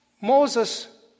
Moses